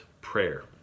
prayer